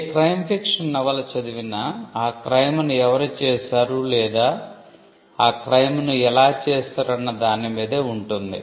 ఏ crime fiction నవల చదివినా ఆ క్రైమ్ ను ఎవరు చేసారు లేదా ఆ క్రైమ్ ను ఎలా చేసారు అన్న దాని మీదే ఉంటుంది